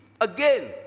again